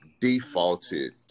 defaulted